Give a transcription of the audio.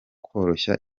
koroshya